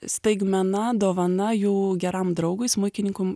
staigmena dovana jų geram draugui smuikinikum